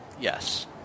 Yes